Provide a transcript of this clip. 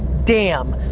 damn,